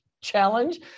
challenge